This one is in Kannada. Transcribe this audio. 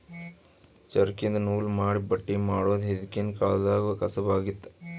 ಚರಕ್ದಿನ್ದ ನೂಲ್ ಮಾಡಿ ಬಟ್ಟಿ ಮಾಡೋದ್ ಹಿಂದ್ಕಿನ ಕಾಲ್ದಗ್ ಒಂದ್ ಕಸಬ್ ಆಗಿತ್ತ್